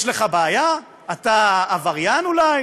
יש לך בעיה, אתה עבריין אולי,